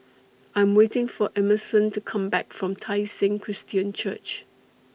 I Am waiting For Emerson to Come Back from Tai Seng Christian Church